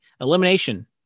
elimination